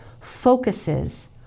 focuses